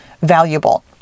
valuable